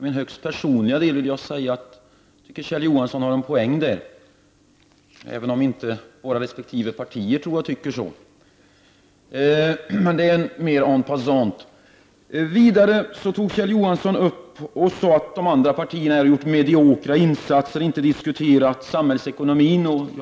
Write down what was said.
Min högst personliga kommentar till detta är att Kjell Johansson där har en poäng, även om inte våra resp. partier delar den uppfattningen. Detta sagt mera en passant. Vidare sade Kjell Johansson att de övriga partierna hade gjort mediokra insatser. De hade inte diskuterat samhällsekonomi.